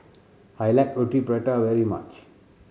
I like Roti Prata very much